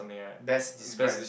best describes